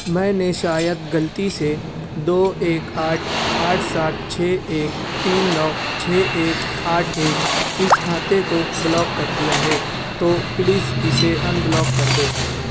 میں نے شاید غلطی سے دو ایک آٹھ آٹھ سات چھ ایک تین نو چھ ایک آٹھ ایک اس کھاتے کو بلاک کر دیا ہے تو پلیز اسے انبلاک کر دو